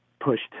pushed